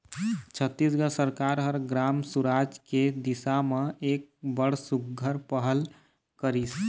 छत्तीसगढ़ सरकार ह ग्राम सुराज के दिसा म एक बड़ सुग्घर पहल करिस